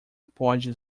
pode